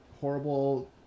horrible